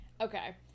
Okay